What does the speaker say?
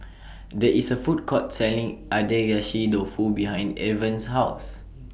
There IS A Food Court Selling Agedashi Dofu behind Irven's House